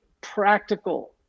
practical